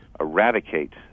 eradicate